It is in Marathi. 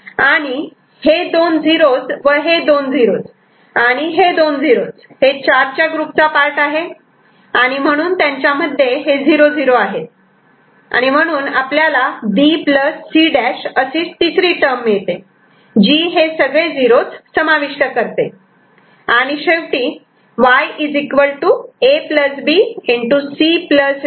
आणि हे हे दोन 0's व हे दोन0's आणि हे दोन 0's या चारच्या ग्रुपचा पार्ट आहे आणि म्हणून त्यांच्यामध्ये हे 0 0 आहेत आणि म्हणून आपल्याला B C' अशी तिसरी टर्म मिळते जी हे सगळे 0's समाविष्ट करते आणि शेवटी Y A C